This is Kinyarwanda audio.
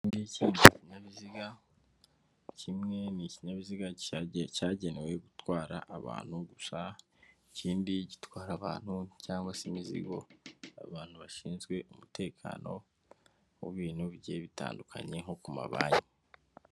Iki ngiki ni kinyabiziga kimwe ni ikinyabiziga cyagenewe gutwara abantu gusa, ikindi gitwara abantu cyangwa se imizigo, abantu bashinzwe umutekano w'ibintu bigiye bitandukanye nko ku mabanki.